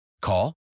Call